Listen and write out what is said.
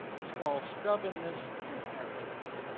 it's called stubbornness and arrogance,